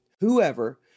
Whoever